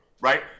Right